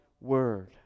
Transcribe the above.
word